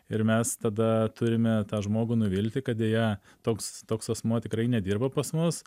ir mes tada turime tą žmogų nuvilti kad deja toks toks asmuo tikrai nedirba pas mus